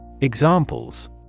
Examples